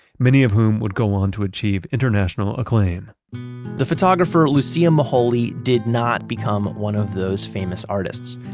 many of whom would go on to achieve international acclaim the photographer, lucia moholy, did not become one of those famous artists.